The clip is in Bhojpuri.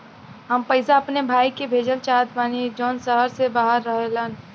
हम पैसा अपने भाई के भेजल चाहत बानी जौन शहर से बाहर रहेलन